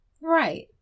Right